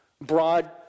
broad